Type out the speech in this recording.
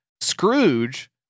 Scrooge